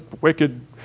wicked